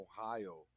ohio